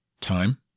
Time